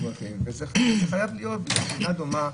זה חייב להיות דומה,